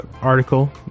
article